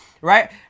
right